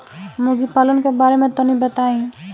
मुर्गी पालन के बारे में तनी बताई?